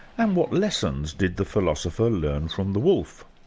and what lessons did the philosopher learn from the wolf?